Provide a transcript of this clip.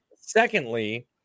Secondly